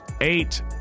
eight